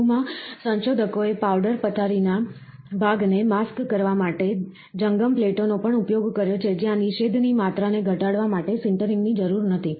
વધુમાં સંશોધકોએ પાવડર પથારીના ભાગને માસ્ક કરવા માટે જંગમ પ્લેટોનો પણ ઉપયોગ કર્યો છે જ્યાં નિષેધની માત્રાને ઘટાડવા માટે સિન્ટરિંગની જરૂર નથી